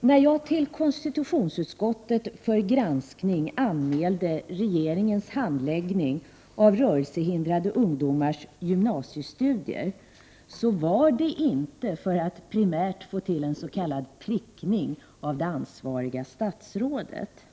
När jag till konstitutionsutskottet för granskning anmälde regeringens handläggning av rörelsehindrade ungdomars gymnasiestudier var det inte för att primärt få till en s.k. prickning av det ansvariga statsrådet.